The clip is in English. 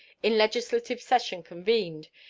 in legislative session convened,